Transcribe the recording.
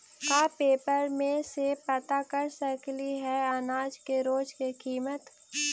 का पेपर में से पता कर सकती है अनाज के रोज के किमत?